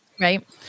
Right